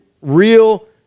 real